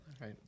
Right